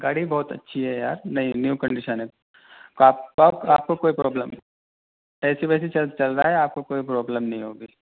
گاڑی بہت اچھی ہے یار نئی نیو کنڈیشن ہے آپ کو کوئی پرابلم اے سی وے سی سب چل رہا ہے آپ کو کوئی پرابلم نہیں ہوگی